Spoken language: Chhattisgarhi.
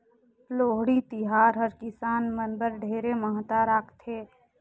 लोहड़ी तिहार हर किसान मन बर ढेरे महत्ता राखथे